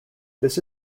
this